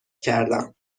کردم